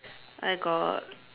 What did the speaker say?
I got